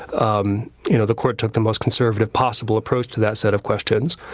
um you know the court took the most conservative possible approach to that set of questions.